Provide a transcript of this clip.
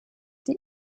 die